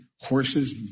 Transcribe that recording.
horses